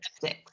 six